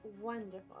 wonderful